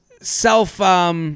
self –